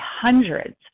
hundreds